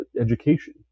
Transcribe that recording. education